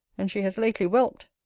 and she has lately whelp'd.